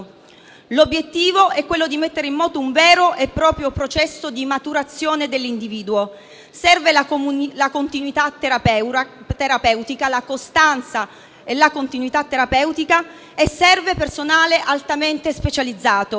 L'obiettivo è quello di mettere in moto un vero e proprio processo di maturazione dell'individuo; servono la costanza e la continuità terapeutica e serve personale altamente specializzato.